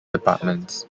departments